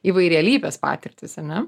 įvairialypės patirtys ar ne